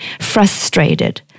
frustrated